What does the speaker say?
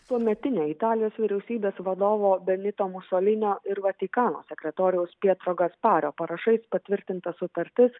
tuometinė italijos vyriausybės vadovo benito musolinio ir vatikano sekretoriaus pietro gaspario parašais patvirtinta sutartis